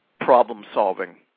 problem-solving